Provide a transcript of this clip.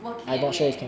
working at where